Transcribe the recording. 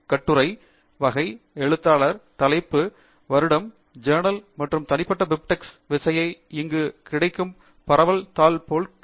கட்டுரை வகை எழுத்தாளர் தலைப்பு வருடம் ஜர்னல் மற்றும் தனிப்பட்ட பிபிடெக்ஸ் விசையை இங்கு கிடைக்கும் பரவல் தாள் போல் தெரிகிறது